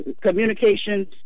communications